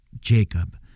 Jacob